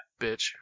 bitch